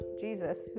jesus